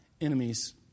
enemies